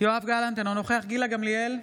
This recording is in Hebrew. יואב גלנט, אינו נוכח גילה גמליאל,